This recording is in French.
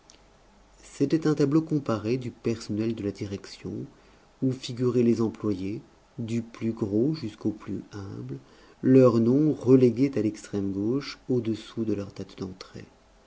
c'était un tableau comparé du personnel de la direction où figuraient les employés du plus gros jusqu'au plus humble leurs noms relégués à lextrême gauche au-dessous de leurs dates d'entrée